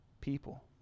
people